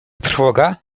trwoga